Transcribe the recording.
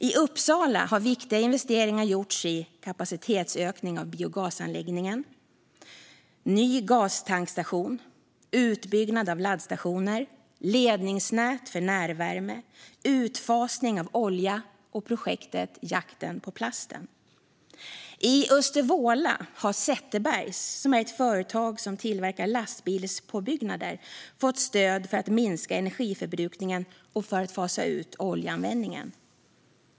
I Uppsala har viktiga investeringar gjorts i kapacitetsökning av biogasanläggningen, ny gastankstation, utbyggnad av laddstationer, ledningsnät för närvärme, utfasning av olja och projektet Jakten på plasten. I Östervåla har Zetterbergs, som är ett företag som tillverkar lastbilspåbyggnader, fått stöd för att minska energiförbrukningen och för att fasa ut oljeanvändningen.